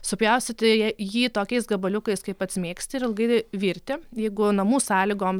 supjaustyti ją jį tokiais gabaliukais kaip pats mėgsti ir ilgai virti jeigu namų sąlygom